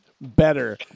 better